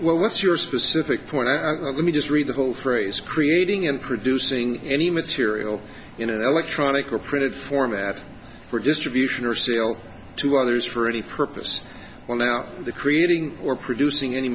is what's your specific point let me just read the whole phrase creating and producing any material in an electronic or printed format for distribution or sale to others for any purpose well now the creating or producing any